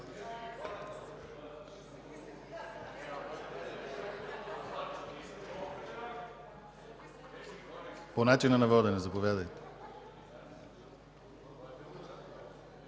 По начина на водене – заповядайте.